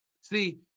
See